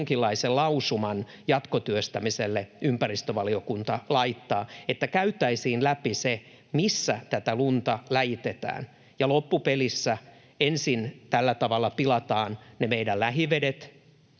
jonkinlaisen lausuman jatkotyöstämiselle, että käytäisiin läpi se, missä tätä lunta läjitetään ja loppupelissä ensin tällä tavalla pilataan ne meidän lähivedet,